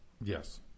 Yes